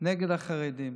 נגד החרדים.